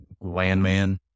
landman